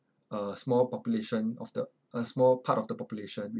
a small population of the a small part of the population